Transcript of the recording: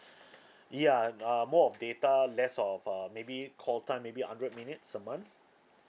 ya and uh more on data less of uh maybe call time maybe a hundred minutes a month